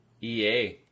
EA